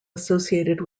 associated